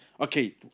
okay